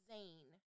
Zane